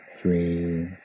three